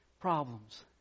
problems